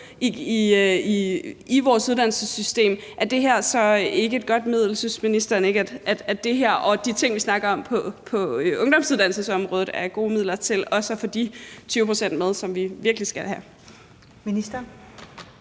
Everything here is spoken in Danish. i vores uddannelsessystem, er det her så ikke et godt middel? Synes ministeren ikke, at det her og de ting, vi snakker om på ungdomsuddannelsesområdet, er gode midler til også at få de 20 pct. med, som vi virkelig skal have med?